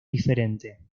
diferente